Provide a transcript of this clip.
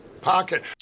pocket